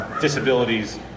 disabilities